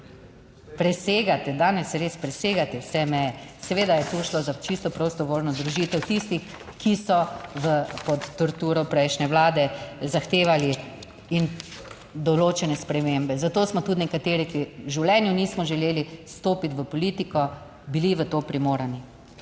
Presegate danes, res presegate vse meje? Seveda je tu šlo za čisto prostovoljno združitev tistih, ki so pod torturo prejšnje vlade zahtevali in določene spremembe. Zato smo tudi nekateri, ki v življenju nismo želeli vstopiti v politiko, bili v to primorani.